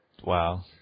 Wow